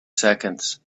seconds